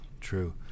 true